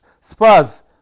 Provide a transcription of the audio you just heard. Spurs